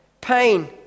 pain